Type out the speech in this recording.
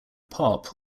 pop